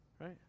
right